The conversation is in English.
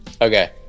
okay